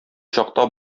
чакта